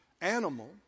animal